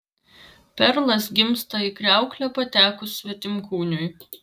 perlas gimsta į kriauklę patekus svetimkūniui